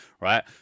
Right